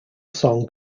song